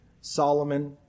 Solomon